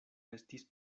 estis